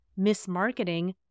mismarketing